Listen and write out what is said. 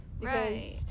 Right